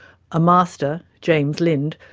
a master, james lind,